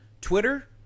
Twitter